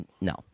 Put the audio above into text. No